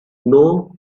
know